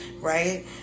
Right